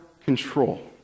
control